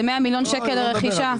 זה 100 מיליון שקלים לרכישה.